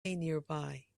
nearby